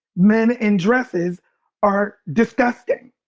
men in dresses are disgusting.